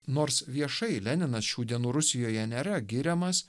nors viešai leninas šių dienų rusijoje nėra giriamas